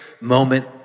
moment